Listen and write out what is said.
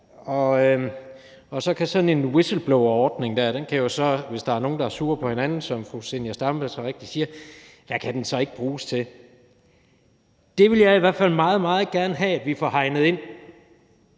hvad kan sådan en whistleblowerordning, hvis der er nogen, der er sure på hinanden, som fru Zenia Stampe så rigtigt siger, så ikke bruges til? Det vil jeg i hvert fald meget, meget gerne have vi får hegnet ind,